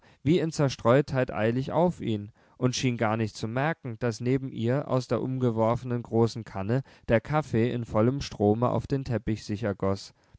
wie in zerstreutheit eilig auf ihn und schien gar nicht zu merken daß neben ihr aus der umgeworfenen großen kanne der kaffee in vollem strome auf den teppich sich